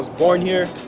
born here,